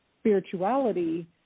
spirituality